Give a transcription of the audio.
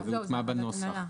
וזה הוטמע בנוסח.